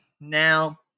Now